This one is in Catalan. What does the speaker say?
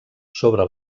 sobre